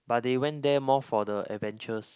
but they went there more for the adventures